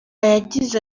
yagize